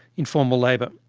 informal labour.